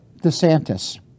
DeSantis